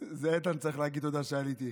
איתן צריך להגיד תודה שעליתי.